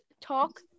talk